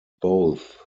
both